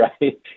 right